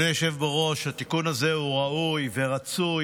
אדוני היושב בראש, התיקון הזה הוא ראוי ורצוי,